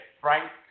Frank